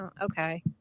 Okay